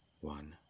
one